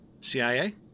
CIA